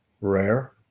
rare